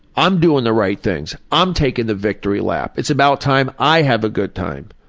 i'm doing the right things. i'm taking the victory lap. it's about time i have a good time.